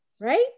Right